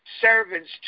servants